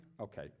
Okay